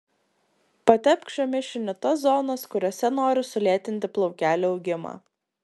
patepk šiuo mišiniu tas zonas kuriose nori sulėtinti plaukelių augimą